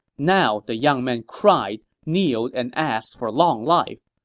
now, the young man cried, kneeled, and asked for long life.